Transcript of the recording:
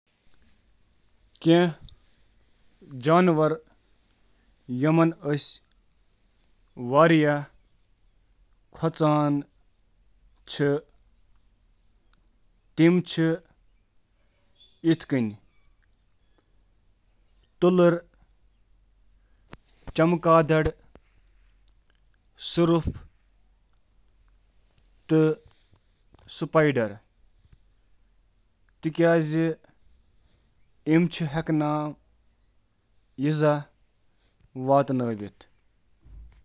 مطالعہٕ مطٲبق، سۄرپھ تہٕ مۄکٕر چھِ تِم جانور یِمَن ہُنٛد زیادٕ تر لوٗکھ خوف چھِ کران: